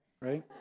right